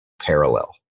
parallel